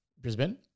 Brisbane